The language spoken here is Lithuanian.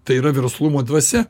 tai yra verslumo dvasia